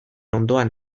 ondoan